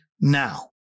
now